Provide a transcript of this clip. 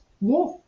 Yes